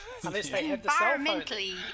Environmentally